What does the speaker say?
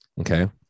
okay